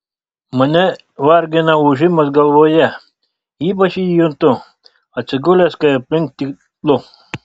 mane vargina ūžimas galvoje ypač jį juntu atsigulęs kai aplink tylu